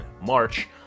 march